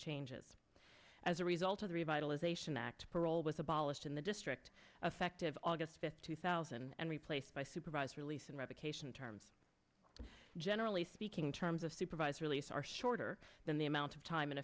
changes as a result of the revitalization act parole was abolished in the district affective august fifth two thousand and replaced by supervised release and revocation terms generally speaking terms of supervised release are shorter than the amount of time